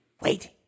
Wait